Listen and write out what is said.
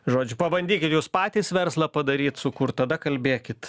žodžiu pabandykit jūs patys verslą padaryt sukurt tada kalbėkit